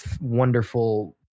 wonderful